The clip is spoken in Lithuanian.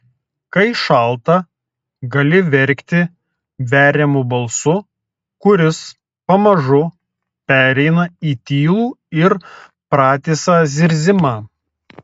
kai šalta gali verkti veriamu balsu kuris pamažu pereina į tylų ir pratisą zirzimą